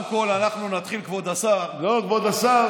קודם כול, אנחנו נתחיל, כבוד השר, לא, כבוד השר,